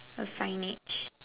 a signage